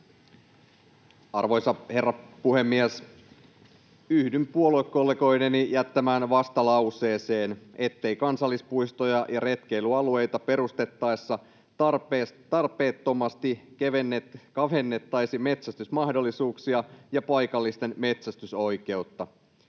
Arvoisa herra puhemies! Yhdyn puoluekollegoideni jättämään vastalauseeseen, ettei kansallispuistoja ja retkeilyalueita perustettaessa tarpeettomasti kavennettaisi metsästysmahdollisuuksia ja paikallisten metsästysoikeutta.